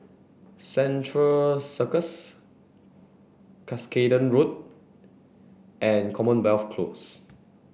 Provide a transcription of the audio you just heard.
Central Circus Cuscaden Road and Commonwealth Close